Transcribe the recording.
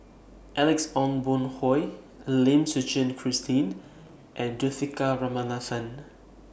Alex Ong Boon Hau Lim Suchen Christine and Juthika Ramanathan